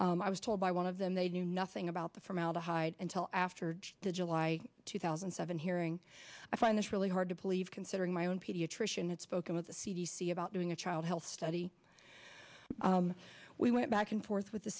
i was told by one of them they knew nothing about the formaldehyde until after the july two thousand and seven hearing i find this really hard to believe considering my own pediatrician and spoken with the c d c about doing a child health study we went back and forth with the